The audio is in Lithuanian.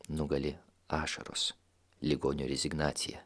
nugali ašaros ligonio rezignacija